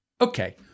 Okay